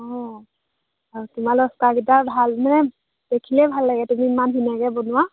অ আৰু তোমাৰ লচকৰাকেইটা ভাল মানে দেখিলেই ভাল লাগে তুমি ইমান ধুনীয়াকৈ বনোৱা